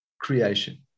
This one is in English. creation